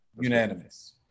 unanimous